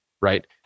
right